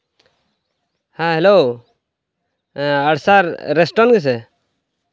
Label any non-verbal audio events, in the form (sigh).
ᱦᱮᱸ hello (unintelligible) restaurant ᱜᱮᱥᱮ